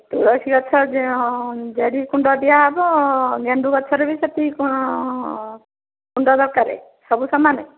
ତୁଳସୀ ଗଛ ଜେଡ଼ିକି କୁଣ୍ଡ ଦିଆ ହେବ ଗେଣ୍ଡୁ ଗଛରେ ବି ସେତିକି କୁଣ୍ଡ ଦରକାର ସବୁ ସମାନେ